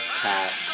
cat